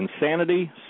insanity